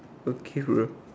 okay bro